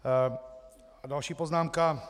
A další poznámka.